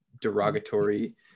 Derogatory